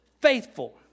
faithful